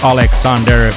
Alexander